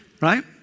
right